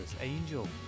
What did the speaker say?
angel